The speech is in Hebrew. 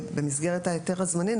במסגרת הסעיף של ההיתר הזמני,